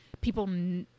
people